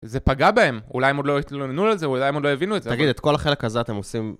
זה פגע בהם, אולי הם עוד לא התלוננו על זה, או אולי הם עוד לא הבינו את זה. תגיד, את כל החלק הזה אתם עושים...